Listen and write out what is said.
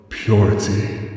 purity